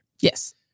Yes